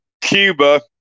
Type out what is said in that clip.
Cuba